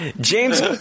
james